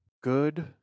good